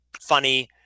funny